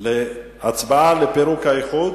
על ההצבעה לפירוק האיחוד.